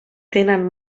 tenen